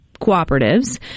cooperatives